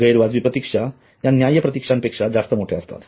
गैरवाजवी प्रतीक्षा या न्याय्य प्रतीक्षांपेक्षा जास्त मोठ्या असतात